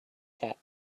cat